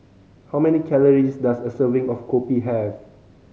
how many calories does a serving of kopi have